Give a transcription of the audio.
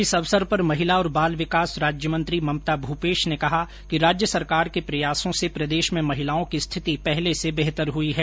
इस अवसर पर महिला और बाल विकास राज्यमंत्री ममता भूपेश ने कहा कि राज्य सरकार के प्रयासों से प्रदेश में महिलाओं की स्थिति पहले से बेहतर हई है